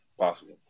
possible